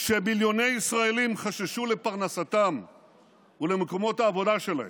כשמיליוני ישראלים חששו לפרנסתם ולמקומות העבודה שלהם,